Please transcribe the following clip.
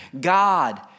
God